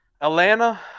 Atlanta